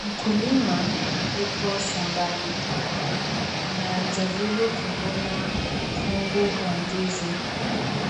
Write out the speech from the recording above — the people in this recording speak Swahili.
Mkulima Yupo shambani, anajaribu kuvuna kungu wa ndizi